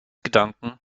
gedanken